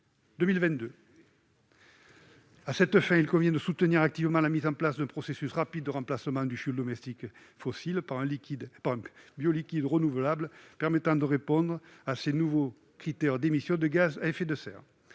2022. À cette fin, il convient de soutenir activement la mise en place d'un processus rapide de remplacement du fioul domestique fossile par un bioliquide renouvelable permettant de répondre à ces nouveaux critères d'émissions de gaz à effet de serre.